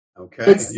Okay